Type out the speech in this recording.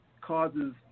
causes